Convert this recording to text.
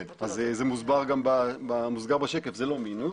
כן, אז זה מוסבר בשקף, זה לא מינוס.